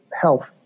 health